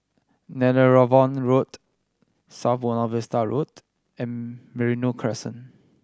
Netheravon Road South Buona Vista Road and Merino Crescent